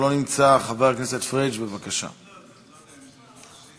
הצעת החוק מבקשת לתקן את חוק הביטוח הלאומי